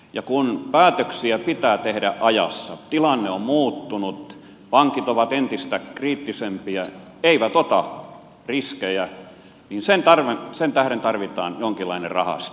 ja kun päätöksiä pitää tehdä ajassa tilanne on muuttunut pankit ovat entistä kriittisempiä eivät ota riskejä niin sen tähden tarvitaan jonkinlainen rahasto